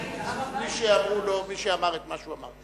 מי שאמר את מה שהוא אמר.